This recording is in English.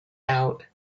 out